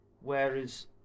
Whereas